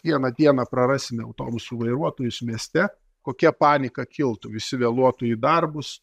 vieną dieną prarasime autobusų vairuotojus mieste kokia panika kiltų visi vėluotų į darbus